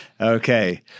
Okay